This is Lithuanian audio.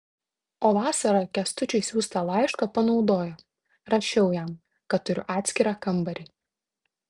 o vasarą kęstučiui siųstą laišką panaudojo rašiau jam kad turiu atskirą kambarį